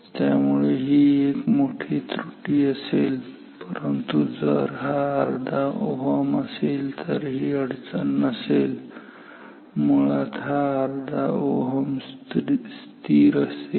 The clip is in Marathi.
त्यामुळे ही एक मोठी त्रुटी असेल परंतु जर हा अर्धा Ω असेल तर ही अडचण नसेल मुळात हा अर्धा Ω स्थिर असेल